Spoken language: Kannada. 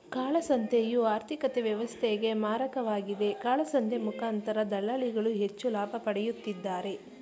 ಕಾಳಸಂತೆಯು ಆರ್ಥಿಕತೆ ವ್ಯವಸ್ಥೆಗೆ ಮಾರಕವಾಗಿದೆ, ಕಾಳಸಂತೆ ಮುಖಾಂತರ ದಳ್ಳಾಳಿಗಳು ಹೆಚ್ಚು ಲಾಭ ಪಡೆಯುತ್ತಿದ್ದಾರೆ